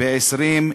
ב-22